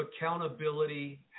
accountability